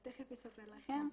תיכף אספר לכם.